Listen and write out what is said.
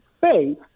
faith